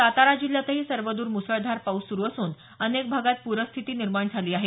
सातारा जिल्ह्यातही सर्वदूर मुसळधार पाऊस सुरु असून अनेक भागात पुरस्थिति निर्माण झाली आहे